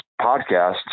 podcast